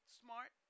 smart